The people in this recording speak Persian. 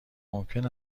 ممکن